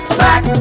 back